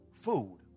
Food